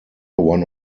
one